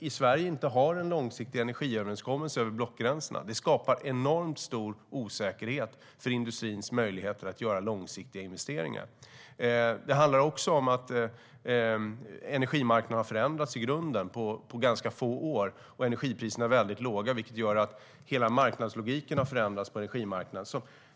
I Sverige har vi ingen långsiktig energiöverenskommelse över blockgränserna, vilket skapar enormt stor osäkerhet för industrins möjligheter att göra långsiktiga investeringar. Det handlar också om att energimarknaden har förändrats i grunden på ganska få år. Energipriserna är mycket låga, vilket gör att hela marknadslogiken har förändrats på energimarknaden.